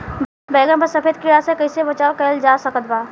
बैगन पर सफेद कीड़ा से कैसे बचाव कैल जा सकत बा?